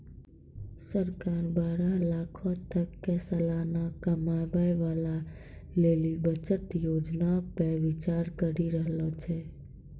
सरकार बारह लाखो तक के सलाना कमाबै बाला लेली बचत योजना पे विचार करि रहलो छै